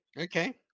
okay